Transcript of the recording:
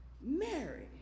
Mary